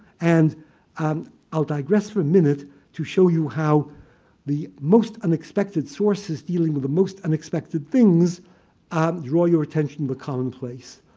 and and i'll digress for a minute to show you how the most unexpected sources dealing with the most unexpected things um draw your attention to the commonplace.